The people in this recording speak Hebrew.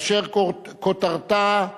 אשר כותרתה היא: